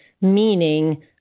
meaning